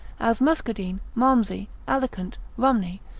as muscadine, malmsey, alicant, rumney,